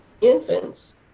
infants